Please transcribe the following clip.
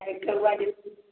ऐं हिक हुआ ॾिस